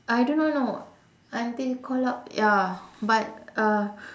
I do not know until call up ya but uh